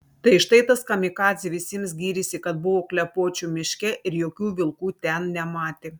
tai štai tas kamikadzė visiems gyrėsi kad buvo klepočių miške ir jokių vilkų ten nematė